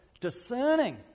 discerning